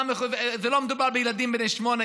לא מדובר בילדים בני שמונה.